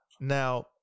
Now